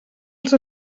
als